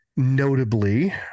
Notably